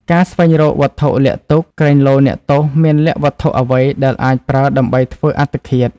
ការស្វែងរកវត្ថុលាក់ទុក ក្រែងលោអ្នកទោសមានលាក់វត្ថុអ្វីដែលអាចប្រើដើម្បីធ្វើអត្តឃាត។